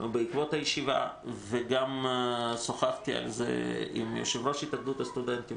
בעקבות הישיבה ואחרי שגם שוחחתי על זה עם יושב-ראש התאחדות הסטודנטים